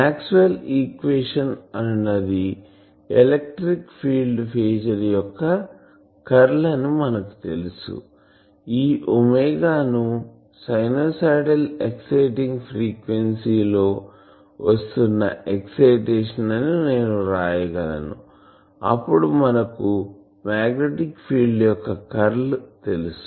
Maxwell equation అనునది electric field phasor యొక్క curl అని మనకు తెలుసు ఈ ఒమేగాను సైనూసోయిడల్ ఎక్సైటేషన్ ఫ్రీక్వెన్సీలో వస్తున్న ఎక్సైటేషన్ అని నేను వ్రాయగలను అప్పుడు మనకు మాగ్నెట్ ఫీల్డ్ యొక్క కర్ల్ తెలుసు